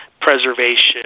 preservation